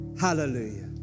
hallelujah